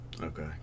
Okay